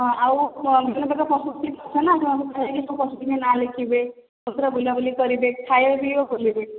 ହଁ ଆଉ ବିଭିନ୍ନ ପ୍ରକାରର ପଶୁ ପକ୍ଷୀ ସବୁ ପଶୁ ପକ୍ଷୀଙ୍କ ନାଁ ଲେଖିବେ ବୁଲାବୁଲି କରିବେ ଖାଇବା ପିଇବା